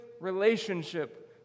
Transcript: relationship